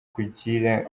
kugira